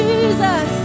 Jesus